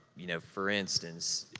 you know, for instance,